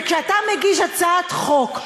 כשאתה מגיש הצעת חוק,